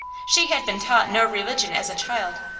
she had been taught no religion as a child,